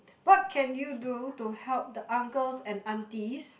what can you do to help the uncles and aunties